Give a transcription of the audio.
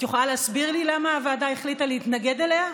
את יכולה להסביר לי למה הוועדה החליטה להתנגד לה?